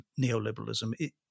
neoliberalism